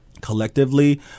collectively